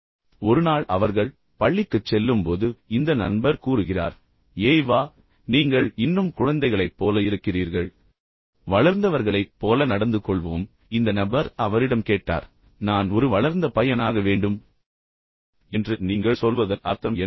எனவே ஒரு நாள் அவர்கள் பள்ளிக்குச் செல்லும்போது எனவே இந்த நண்பர் கூறுகிறார் ஏய் வா நீங்கள் இன்னும் குழந்தைகளைப் போல இருக்கிறீர்கள் வளர்ந்தவர்களைப் போல நடந்து கொள்வோம் சரி பின்னர் இந்த நபர் அவரிடம் கேட்டார் நான் ஒரு வளர்ந்த பையனாக வேண்டும் என்று நீங்கள் சொல்வதன் அர்த்தம் என்ன